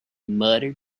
muttered